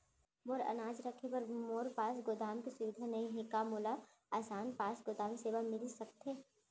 मोर अनाज रखे बर मोर पास गोदाम के सुविधा नई हे का मोला आसान पास गोदाम सेवा मिलिस सकथे?